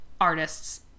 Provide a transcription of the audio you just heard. artists